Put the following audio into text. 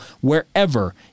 wherever